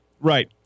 Right